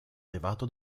elevato